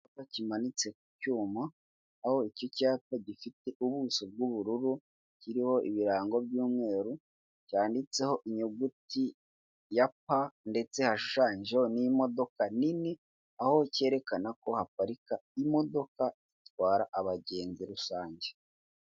Icyapa kimanitse ku cyuma, aho icyo cyapa gifite ubuso bw'ubururu, kiriho ibirango by'umweru cyanditseho inyuguti ya pa ndetse hashushanyijeho n'imodoka nini, aho cyerekana ko haparika imodoka zitwara abagenzi rusange.